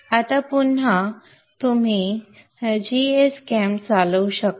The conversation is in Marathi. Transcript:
आता पुन्हा आता आपण gschem चालवू शकता